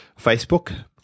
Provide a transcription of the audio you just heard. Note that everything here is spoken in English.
Facebook